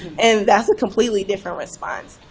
and that's a completely different response.